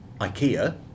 IKEA